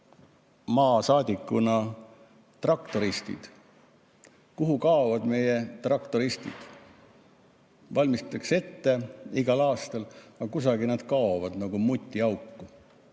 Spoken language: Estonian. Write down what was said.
asi meelde: traktoristid. Kuhu kaovad meie traktoristid? Valmistatakse ette igal aastal, aga kusagile nad kaovad nagu mutiauku.